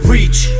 Reach